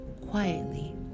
quietly